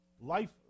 Life